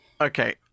Okay